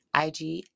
ig